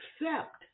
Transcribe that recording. accept